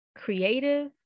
Creative